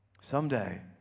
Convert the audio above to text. someday